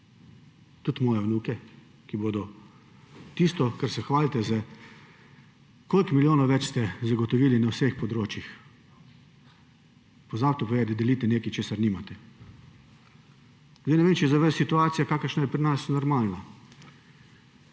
tudi moje vnuke, ki bodo plačevali tisto, o čemer se hvalite, koliko milijonov več ste zagotovili na vseh področjih. Pozabite pa povedati, da delite nekaj, česar nimate. Ne vem, ali je za vas situacija, kakršna je pri nas, normalna.